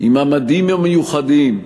עם המדים המיוחדים.